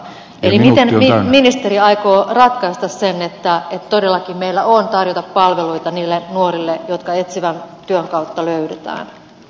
eli miten ministeri aikoo ratkaista sen että todellakin meillä on tarjota palveluita niille nuorille jotka etsivän työn kautta löydetään